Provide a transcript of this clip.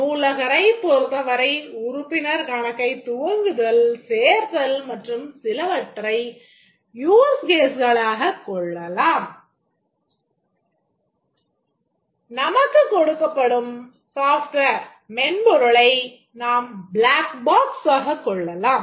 நூலகரைப் பொறுத்தவரை உறுப்பினர் கணக்கைத் துவங்குதல் சேர்த்தல் மற்றும் சிலவற்றை use case களாகக் கொள்ளலாம்